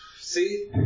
See